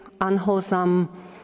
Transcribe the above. unwholesome